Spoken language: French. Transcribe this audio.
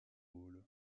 hall